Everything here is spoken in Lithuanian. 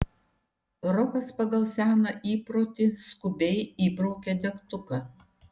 rokas pagal seną įprotį skubiai įbraukė degtuką